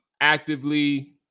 actively